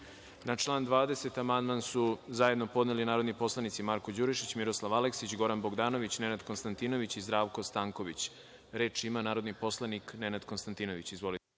član 18. amandman su zajedno podneli narodni poslanici Marko Đurišić, Miroslav Aleksić, Goran Bogdanović, Nenad Konstantinović i Zdravko Stanković. Reč ima narodni poslanik Nenad Konstantinović.